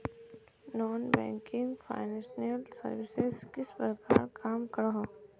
Non banking financial services किस प्रकार काम करोहो?